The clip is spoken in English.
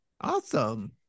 Awesome